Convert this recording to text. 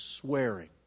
swearing